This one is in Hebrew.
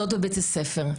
בבית הספר יש לי 13 ילדות.